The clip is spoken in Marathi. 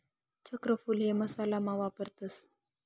चक्रफूल हे मसाला मा वापरतस